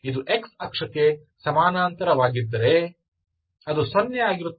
ಇದು x ಅಕ್ಷಕ್ಕೆ ಸಮಾನಾಂತರವಾಗಿದ್ದರೆ ಅದು ಸೊನ್ನೆ ಆಗಿರುತ್ತದೆ